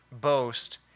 boast